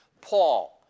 Paul